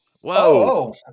Whoa